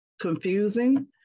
confusing